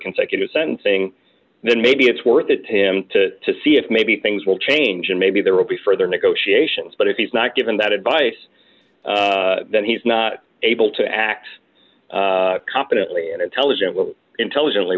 consecutive sentencing then maybe it's worth it to him to to see if maybe things will change and maybe there will be further negotiations but if he's not given that advice that he's not able to act competently and intelligent intelligently